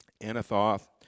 anathoth